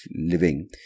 living